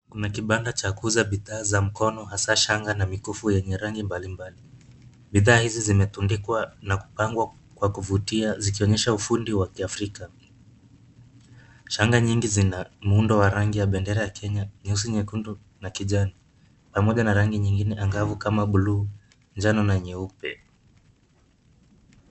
Kuna kibanda cha kuuza bidhaa za mkono hasa shanga na mikufu yenye rangi mbalimbali. Bidhaa hizi zimetundikwa na kupangwa kwa kuvutia zikionyesha ufundi wa Kiafrika. Shanga nyingi zina muundo wa rangi ya bendera ya Kenya nyeusi, nyekundu na kijani pamoja na rangi nyingine angavu kama buluu, njano na nyeupe.